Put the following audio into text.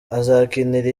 azakinira